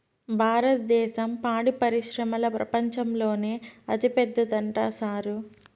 భారద్దేశం పాడి పరిశ్రమల ప్రపంచంలోనే అతిపెద్దదంట సారూ